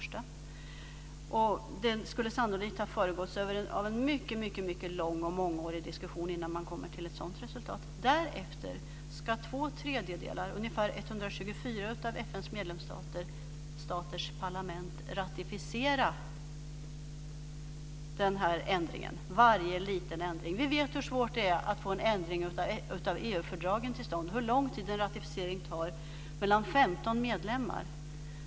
Sannolikt skulle det ha varit en mycket lång och mångårig diskussion innan man kom till ett sådant resultat. Därefter ska två tredjedelar, ungefär 124 av FN:s medlemsstaters parlament, ratificera ändringen. Det gäller varje liten ändring. Vi vet ju hur svårt det är att få en ändring av EU-fördragen till stånd och hur lång tid en ratificering tar mellan 15 medlemmar.